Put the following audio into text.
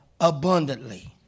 abundantly